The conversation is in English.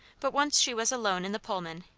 but once she was alone in the pullman,